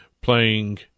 playing